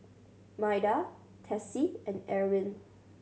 Maida Tessie and Erwin